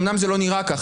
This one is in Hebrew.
אומנם זה לא נראה ככה,